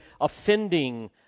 offending